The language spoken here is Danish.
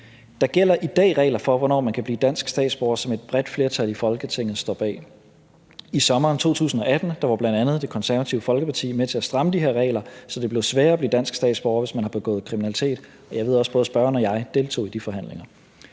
Der gælder i dag regler for, hvornår man kan blive dansk statsborger, som et bredt flertal i Folketinget står bag. I sommeren 2018 var bl.a. Det Konservative Folkeparti med til at stramme de her regler, så det blev sværere at blive dansk statsborger, hvis man har begået kriminalitet – og jeg ved også, at både spørgeren og jeg deltog i de forhandlinger.